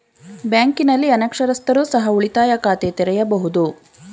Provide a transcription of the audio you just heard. ಬ್ಯಾಂಕಿನಲ್ಲಿ ಅನಕ್ಷರಸ್ಥರು ಸಹ ಉಳಿತಾಯ ಖಾತೆ ತೆರೆಯಬಹುದು?